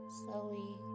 slowly